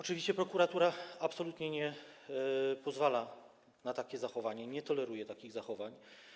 Oczywiście prokuratura absolutnie nie pozwala na takie zachowania, nie toleruje takich zachowań.